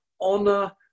honor